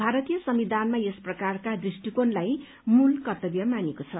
भारतीय संविधानमा यस प्रकारका दृष्टिकोणलाई मूल कर्त्तव्य मानिएको छ